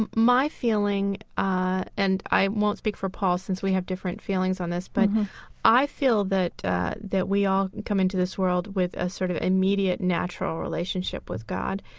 and my feeling ah and i won't speak for paul since we have different feelings on this but i feel that that we all come into this world with a sort of immediate natural relationship with god.